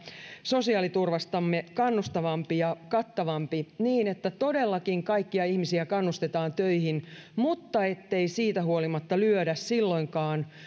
sosiaaliturvastamme kannustavampi ja kattavampi niin että todellakin kaikkia ihmisiä kannustetaan töihin mutta ettei siitä huolimatta lyödä silloinkaan